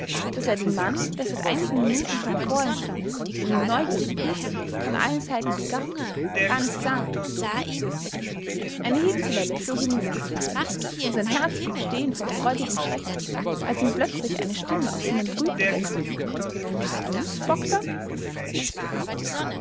daß er den mann der seit einigen minuten schon vor ihm stand und ihn neugierig prüfend von allen seiten begaffte gar nicht sah eine hitzwelle flog ihm ins gesicht und sein herz blieb stehen vor freudigem schreck als ihn plötzlich eine stimme aus seinem brüten weckte bist du's bogdn